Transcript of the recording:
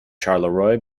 charleroi